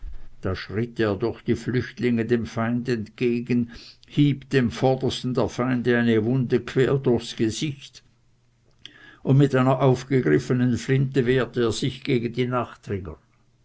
da schritt er durch die flüchtlinge dem feinde entgegen hieb dem vordersten der feinde eine wunde quer durchs gesicht und mit einer aufgegriffenen flinte wehrte er sich gegen die